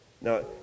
Now